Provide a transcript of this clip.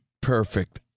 Perfect